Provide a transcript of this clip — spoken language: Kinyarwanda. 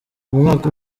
umwaka